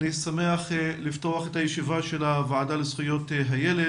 אני שמח לפתוח את ישיבת הוועדה לזכויות הילד,